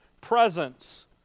presence